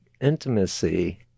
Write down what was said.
intimacy